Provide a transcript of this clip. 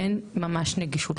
אין ממש נגישות,